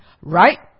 right